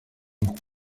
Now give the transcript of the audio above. mans